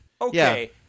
okay